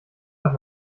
hat